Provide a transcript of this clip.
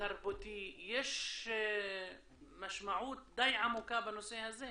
תרבותי יש משמעות די עמוקה בנושא הזה.